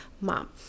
mom